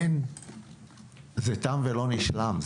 זה תם ולא נשלם,